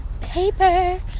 paper